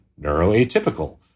neuroatypical